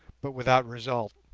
but without result.